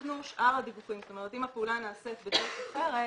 אם הפעולה נעשית בדרך אחרת,